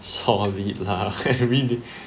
sort of it lah